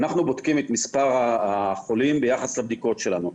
אנחנו בודקים את מספר החולים ביחס לבדיקות שלנו.